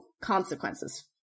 consequences